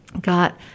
got